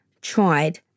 tried